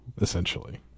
essentially